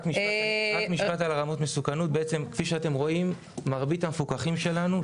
רק משפט על רמות המסוכנות: כפי שאתם רואים מרבית המפוקחים שלנו,